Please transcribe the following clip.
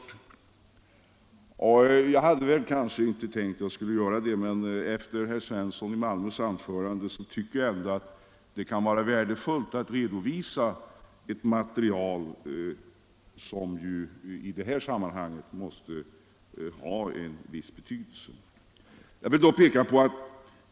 Trots att jag inte hade tänkt göra det vill jag ändå nu, efter herr Svenssons i Malmö anförande, redovisa ett material som måste tillmätas viss betydelse i sammanhanget.